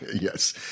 Yes